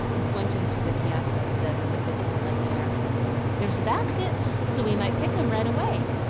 and pointing to the piazza said with a business-like air there's a basket so we might pick em right away.